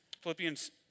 Philippians